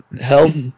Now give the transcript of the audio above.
health